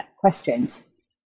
questions